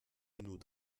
nous